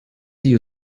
you